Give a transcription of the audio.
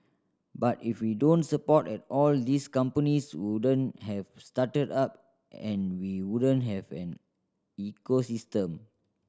but if you don't support at all these companies wouldn't have started up and we wouldn't have an ecosystem